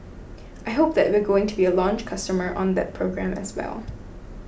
I hope that we're going to be a launch customer on that program as well